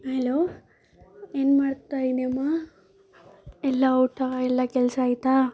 hello ಏನು ಮಾಡ್ತಾಯಿದ್ದೀಯಮ್ಮ ಎಲ್ಲ ಊಟ ಎಲ್ಲ ಕೆಲಸ ಆಯಿತಾ